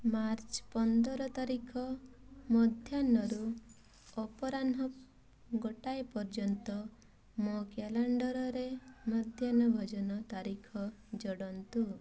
March ପନ୍ଦର ତାରିଖ ମଧ୍ୟାହ୍ନରୁ ଅପରାହ୍ନ ଗୋଟାଏ ପର୍ଯ୍ୟନ୍ତ ମୋ କ୍ୟାଲେଣ୍ଡରରେ ମଧ୍ୟାହ୍ନ ଭୋଜନ ତାରିଖ ଯୋଡ଼ନ୍ତୁ